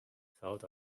felt